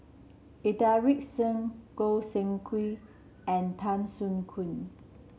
Inderjit Singh Goi Seng Hui and Tan Soo Khoon